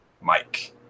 Mike